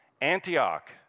Antioch